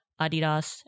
Adidas